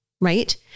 Right